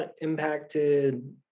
impacted